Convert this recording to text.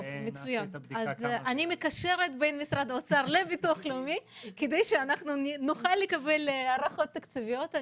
אני מקשרת בין משרד האוצר לביטוח הלאומי כדי לקבל הערכות תקציביות.